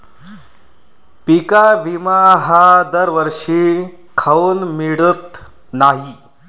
पिका विमा हा दरवर्षी काऊन मिळत न्हाई?